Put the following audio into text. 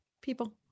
people